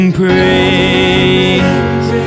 praise